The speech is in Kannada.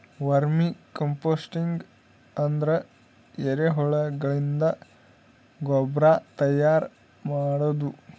ವರ್ಮಿ ಕಂಪೋಸ್ಟಿಂಗ್ ಅಂದ್ರ ಎರಿಹುಳಗಳಿಂದ ಗೊಬ್ರಾ ತೈಯಾರ್ ಮಾಡದು